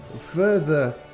further